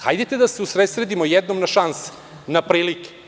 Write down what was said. Hajdete da se usredsredimo jednom na šanse, na prilike.